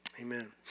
amen